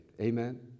Amen